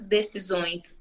decisões